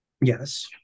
Yes